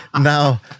Now